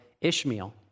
Ishmael